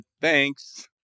Thanks